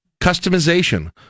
Customization